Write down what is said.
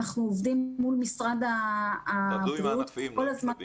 אנחנו עובדים מול משרד הבריאות כל הזמן